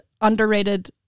underrated